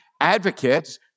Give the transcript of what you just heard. advocates